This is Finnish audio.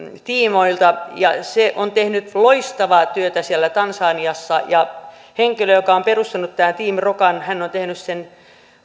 tiimoilta se on tehnyt loistavaa työtä siellä tansaniassa ja henkilö joka on perustanut tämän team rokan on tehnyt sen